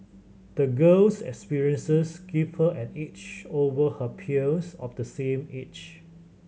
the girl's experiences gave her an edge over her peers of the same age